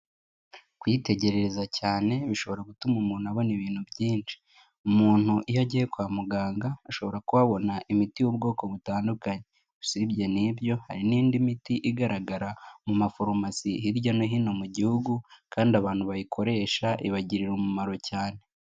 Kwitegereza cyane bishobora gutuma umuntu abona ibintu byinshi, umuntu iyo agiye kwa muganga ashobora kuhabona imiti y'ubwoko butandukanye, usibye n'ibyo hari n'indi miti igaragara mu maforumasi hirya no hino mu gihugu, kandi abantu bayikoresha ibagirira umumaro cyane.